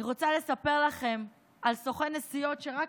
אני רוצה לספר לכם על סוכן נסיעות שרק